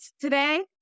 today